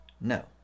no